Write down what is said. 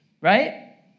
Right